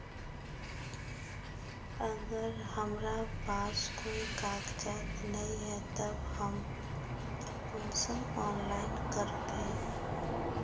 अगर हमरा पास कोई कागजात नय है तब हम कुंसम ऑनलाइन करबे?